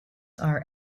are